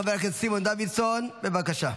חבר הכנסת סימון דוידסון, בבקשה.